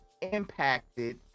impacted